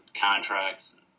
contracts